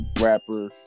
Rapper